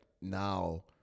Now